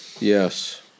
Yes